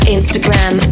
Instagram